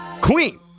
Queen